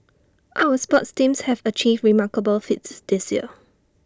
our sports teams have achieved remarkable feats this year